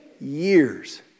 years